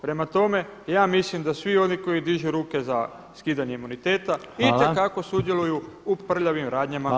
Prema tome, ja mislim da svi oni koji dižu ruke za skidanje imuniteta itekako sudjeluju u prljavim radnjama DORH-a.